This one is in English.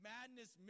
Madness